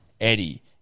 Eddie